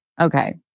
Okay